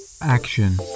Action